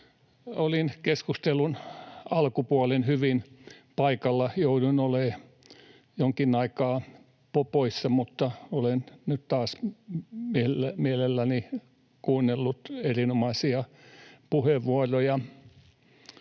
Olin keskustelun alkupuolen hyvin paikalla, jouduin olemaan jonkin aikaa poissa, mutta olen nyt taas mielelläni kuunnellut erinomaisia puheenvuoroja.